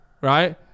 right